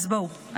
אז בואו,